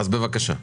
בבקשה.